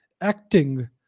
acting